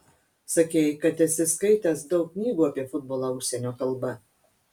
sakei kad esi skaitęs daug knygų apie futbolą užsienio kalba